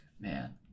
Man